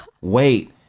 Wait